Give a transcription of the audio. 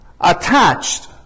attached